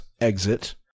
exit